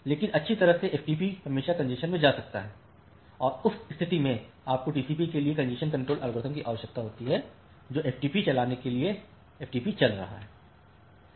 लेकिन अच्छी तरह से एफ़टीपी हमेशा कॅन्जेशन में आ सकता है और उस स्थिति में आपको टीसीपीके लिए कॅन्जेशन कंट्रोल एल्गोरिथ्म की आवश्यकता होती है जो एफ़टीपी चलाने के लिए एफ़टीपी चला रहा है